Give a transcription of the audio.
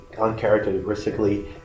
uncharacteristically